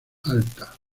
alta